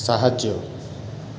ସାହାଯ୍ୟ